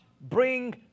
bring